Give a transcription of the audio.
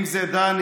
אם זה דני,